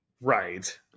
Right